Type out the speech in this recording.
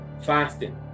Fasting